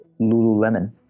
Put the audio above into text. Lululemon